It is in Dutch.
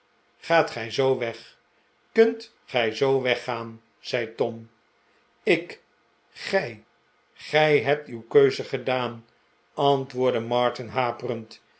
gaat gij zoo weg kunt gij zoo weggaan zei tom ik gij gij hebt uw keuze gedaan antwoordde martin haperend